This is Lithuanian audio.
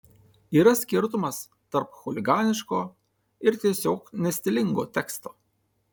yra skirtumas tarp chuliganiško ir tiesiog nestilingo teksto